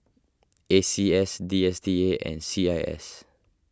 A C S D S T A and C I S